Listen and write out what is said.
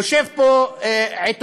יושב פה עיתונאי,